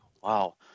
wow